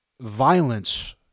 violence